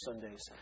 Sundays